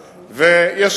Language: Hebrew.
ותקצוב.